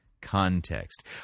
context